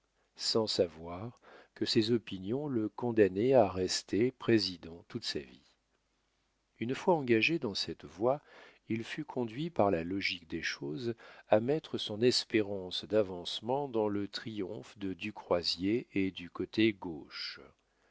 sans savoir que ses opinions le condamnaient à rester président toute sa vie une fois engagé dans cette voie il fut conduit par la logique des choses à mettre son espérance d'avancement dans le triomphe de du croisier et du côté gauche